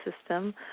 system